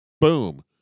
Boom